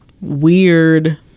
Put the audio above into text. weird